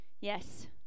Yes